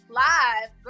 live